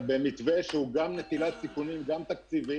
ובמתווה שהוא גם נטילת סיכונים גם תקציביים